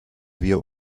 wir